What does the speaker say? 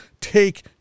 take